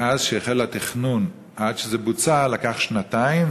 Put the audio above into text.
מאז החל התכנון ועד שזה בוצע לקח שנתיים,